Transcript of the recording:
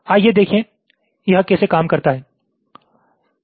आइए देखें कि यह कैसे काम करता है